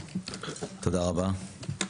תודה רבה.